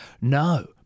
No